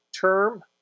term